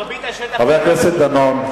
חבר הכנסת דנון.